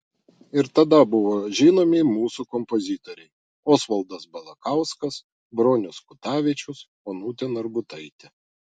ir tada buvo žinomi mūsų kompozitoriai osvaldas balakauskas bronius kutavičius onutė narbutaitė